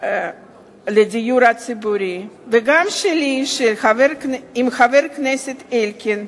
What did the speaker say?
לדיור הציבורי, וגם שלי, עם חבר הכנסת אלקין,